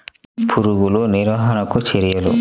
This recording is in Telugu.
పురుగులు నివారణకు చర్యలు?